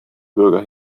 bürger